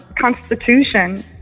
constitution